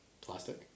plastic